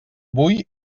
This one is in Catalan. avui